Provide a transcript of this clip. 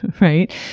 right